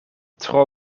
tro